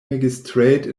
magistrate